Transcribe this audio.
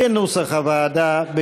כנוסח הוועדה,